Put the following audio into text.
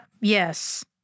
yes